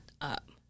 up